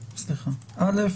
א',